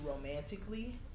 romantically